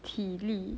体力